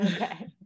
Okay